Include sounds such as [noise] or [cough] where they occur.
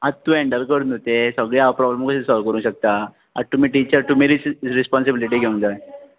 आ तूं हँडल कर न्हू तें सगळे हांव प्रॉब्लम कशे सॉल्व कोरूं शकता [unintelligible] रिस्पॉन्सिबिलिटी घेवंक जाय